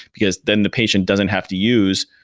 because then the patient doesn't have to use